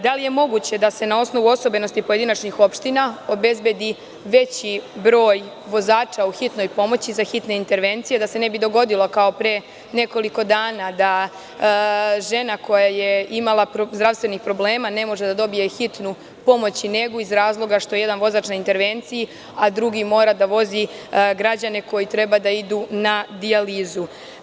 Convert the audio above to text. Da li je moguće da se na osnovu osobenosti pojedinačnih opština obezbedi veći broj vozača u hitnoj pomoći za hitne intervencije da se ne bi dogodilo kao pre nekoliko dana da žena koja je imala zdravstvenih problema ne može da dobije hitnu pomoć i negu iz razloga što je jedan vozač na intervenciji, a drugi mora da vozi građane koji treba da idu na dijalizu?